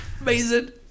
Amazing